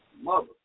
mother